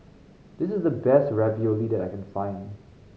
this is the best Ravioli that I can find